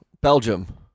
Belgium